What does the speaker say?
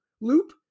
Loop